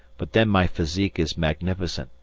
but then my physique is magnificent,